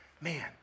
man